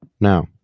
Now